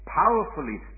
powerfully